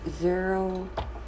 zero